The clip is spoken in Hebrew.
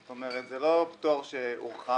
זאת אומרת זה לא פטור שהורחב,